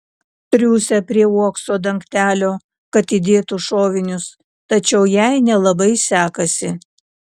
triūsia prie uokso dangtelio kad įdėtų šovinius tačiau jai nelabai sekasi